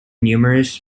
numerous